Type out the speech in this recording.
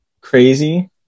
crazy